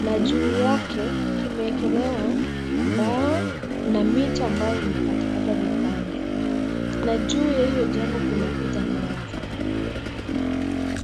na juu yake kumewekelewa mbao na miti ambayo imekatakatwa vipande , na juu ya hilo jengo kumepita nyaya za umeme.